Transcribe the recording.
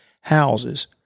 Houses